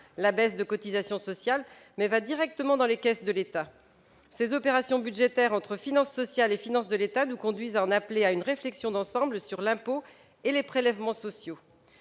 la baisse de cotisations sociales, mais va directement dans les caisses de l'État. Ces opérations budgétaires entre finances sociales et finances de l'État nous conduisent à en appeler à une réflexion d'ensemble sur l'impôt et sur les prélèvements sociaux.